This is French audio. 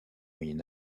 moyen